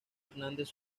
hernández